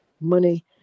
money